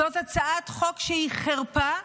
זאת הצעת חוק שהיא חרפה,